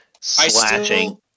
slashing